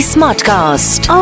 Smartcast